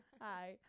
hi